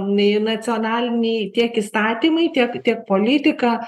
nei nacionaliniai tiek įstatymai tiek tiek politika